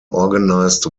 organised